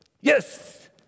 Yes